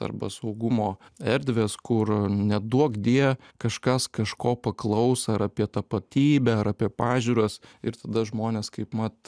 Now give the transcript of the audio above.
arba saugumo erdvės kur neduokdie kažkas kažko paklaus ar apie tapatybę ar apie pažiūras ir tada žmonės kaip mat